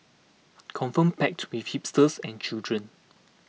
confirm packed with hipsters and children